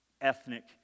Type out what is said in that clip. ethnic